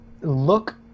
look